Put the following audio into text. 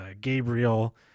Gabriel